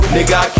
Nigga